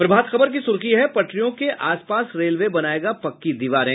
प्रभात खबर की सुर्खी है पटरियों के आस पास रेलवे बनायेगा पक्की दीवारें